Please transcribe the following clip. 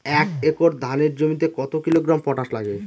এক একর ধানের জমিতে কত কিলোগ্রাম পটাশ লাগে?